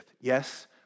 Yes